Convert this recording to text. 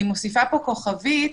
אני מוסיפה פה כוכבית,